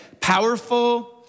powerful